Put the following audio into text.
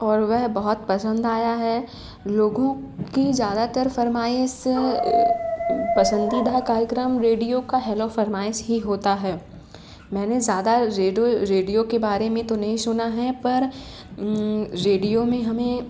और वह बहुत पसंद आया है लोगों की ज़्यादातर फ़रमाइश पसंदीदा कार्यक्रम रेडियो का हेलो फ़रमाइश ही होता है मैंने ज़्यादा रेडिवे रेडियो के बारे में तो नहीं सुना है पर रेडियो में हमें